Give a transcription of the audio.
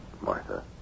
Martha